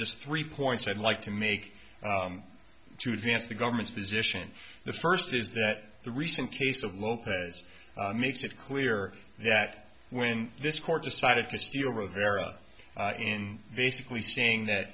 just three points i'd like to make to advance the government's position the first is that the recent case of lopez makes it clear that when this court decided to steer rovera in basically seeing that